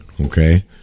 okay